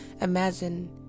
Imagine